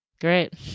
great